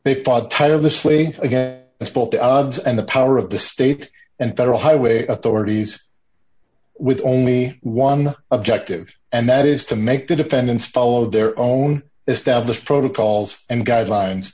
odds and the power of the state and federal highway authorities with only one objective and that is to make the defendants follow their own established protocols and guidelines